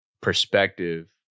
perspective